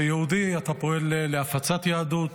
אתה יהודי, אתה פועל להפצת יהדות